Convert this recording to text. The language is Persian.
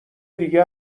دیگه